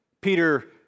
Peter